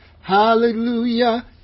hallelujah